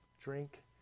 Drink